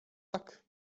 tak